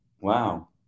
Wow